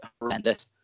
horrendous